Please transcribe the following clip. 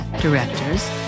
directors